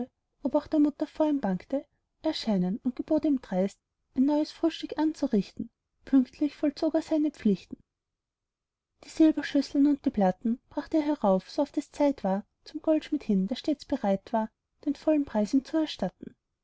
ob auch der mutter vor ihm bangte erscheinen und gebot ihm dreist ein neues frühstück anzurichten pünktlich vollzog der seine pflichten die silberschüsseln und die platten bracht er hierauf so oft es zeit war zum goldschmied hin der stets bereit war den vollen preis ihm zu erstatten